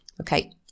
Okay